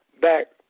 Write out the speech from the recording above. back